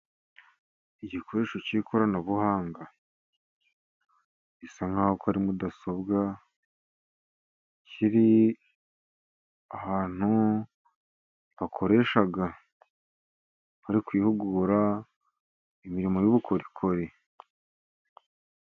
Igikoresho cy'ikoranabuhanga gisa nk'aho ko ari mudasobwa, kiri ahantu bakoresha bari kwihugura imirimo y'ubukorikori.